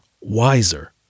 wiser